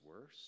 worse